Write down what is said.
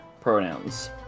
pronouns